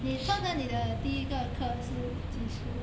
你通常你的第一个课是几时